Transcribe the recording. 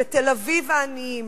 בתל-אביב העניים,